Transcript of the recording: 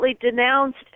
denounced